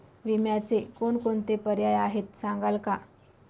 विम्याचे कोणकोणते पर्याय आहेत सांगाल का?